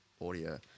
audio